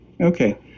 Okay